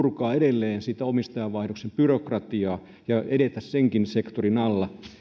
purkaa edelleen sitä omistajanvaihdoksen byrokratiaa ja edetä senkin sektorin alla